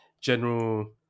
general